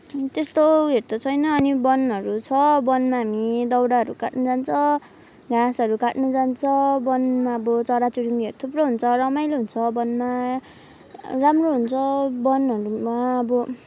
त्यस्तोहरू त छैन अनि वनहरू छ वनमा हामी दाउराहरू काट्न जान्छ घाँसहरू काट्नु जान्छ वनमा अब चराचुरुङ्गीहरू थुप्रो हुन्छ रमाइलो हुन्छ वनमा राम्रो हुन्छ वनहरूमा अब